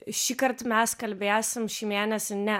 šįkart mes kalbėsim šį mėnesį ne